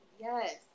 Yes